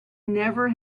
never